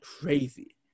crazy